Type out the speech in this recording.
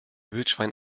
wildschwein